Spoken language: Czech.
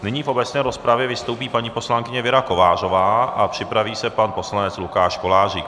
Nyní v obecné rozpravě vystoupí paní poslankyně Věra Kovářová a připraví se pan poslanec Lukáš Kolářík.